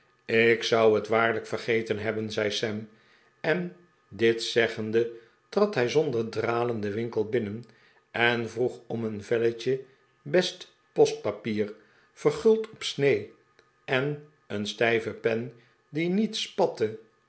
ik zou het waarlijk vergeten hebben zei sam en dit zeggende trad hij zond'er dralen den winkel binnen en vroeg om een velletje best postpapier verguld op snee en een stijve pen die niet spatte